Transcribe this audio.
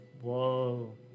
Whoa